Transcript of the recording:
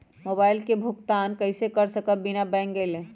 Mobile के भुगतान कईसे कर सकब बिना बैंक गईले?